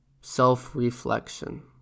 self-reflection